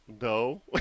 no